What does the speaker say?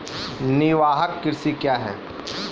निवाहक कृषि क्या हैं?